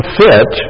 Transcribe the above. fit